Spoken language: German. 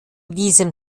diesem